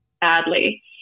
badly